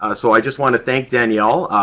ah so i just want to thank danielle,